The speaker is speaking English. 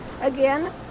Again